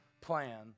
plan